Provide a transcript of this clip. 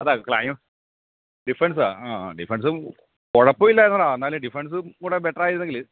അല്ല ക്ലൈം ഡിഫൻസാണ് ആ ആ ഡിഫൻസ് കുഴപ്പമില്ലായിരുന്നെടാ എന്നാലും ഡിഫൻസും കൂടെ ബെറ്ററായിരുന്നെങ്കിൽ